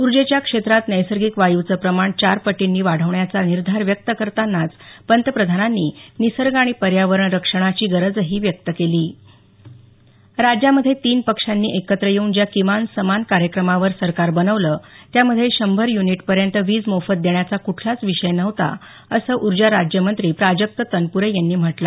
ऊर्जेच्या क्षेत्रात नैसर्गिक वायूचं प्रमाण चार पटींनी वाढवण्याचा निर्धार व्यक्त करतानाच पंतप्रधानांनी निसर्ग आणि पर्यावरण रक्षणाची गरजही व्यक्त केली राज्यामध्ये तीन पक्षांनी एकत्र येऊन ज्या किमान समान कार्यक्रमावर सरकार बनवलं त्यामध्ये शंभर यूनिटपर्यंत वीज मोफत देण्याचा कुठलाच विषय नव्हता असं ऊर्जा राज्यमंत्री प्राजक्त तनपुरे यांनी स्पष्ट केलं